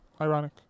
ironic